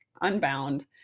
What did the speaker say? unbound